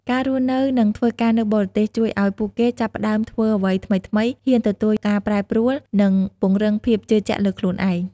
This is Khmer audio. ការរស់នៅនិងធ្វើការនៅបរទេស ជួយអោយពួកគេចាប់ផ្តើមធ្វើអ្វីថ្មីៗ ហ៊ានទទួលការប្រែប្រួល និងពង្រឹងភាពជឿជាក់លើខ្លួនឯង។